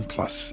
Plus